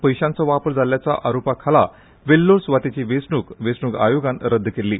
पयशांचो वापर जाल्ल्याच्या आरोपा खाला वेल्लोर सुवातेची वेंचणूक वेंचणूक आयोगान रद्द केल्ठी